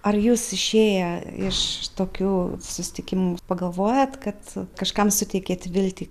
ar jūs išėję iš tokių susitikimų pagalvojat kad kažkam suteikėt viltį